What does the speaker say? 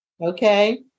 Okay